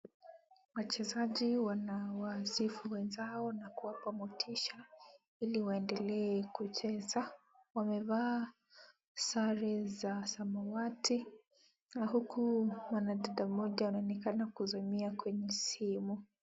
Wachezaji wanawasifu wenzao na kuwapa motisha ili wanedelee kucheza. Wamevaa sare za samawati na huku mwanadada mmoja anaonekana kuzimia kwenye simu.